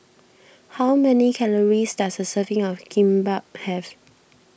how many calories does a serving of Kimbap have